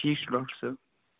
ٹھیٖک چھُ ڈاکٹر صٲب